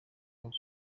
akora